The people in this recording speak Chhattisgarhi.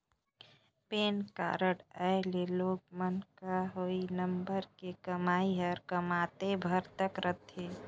पेन कारड आए ले लोग मन क हुई नंबर के कमाई हर कमातेय भर तक रथे